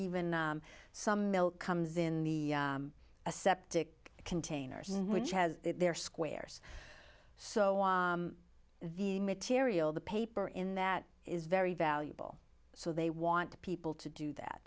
even some milk comes in the aseptic containers which has their squares so the material the paper in that is very valuable so they want people to do that